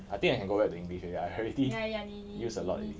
I think I can go back to english already I already use a lot already